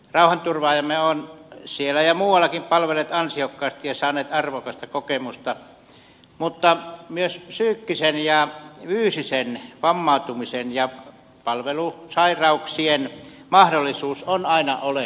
rauhanturvaajamme ovat siellä ja muuallakin palvelleet ansiokkaasti ja saaneet arvokasta kokemusta mutta myös psyykkisen ja fyysisen vammautumisen ja palvelussairauksien mahdollisuus on aina olemassa